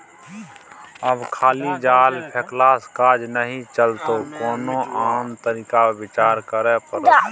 आब खाली जाल फेकलासँ काज नहि चलतौ कोनो आन तरीका पर विचार करय पड़त